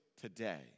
today